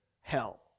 hell